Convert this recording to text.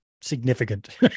significant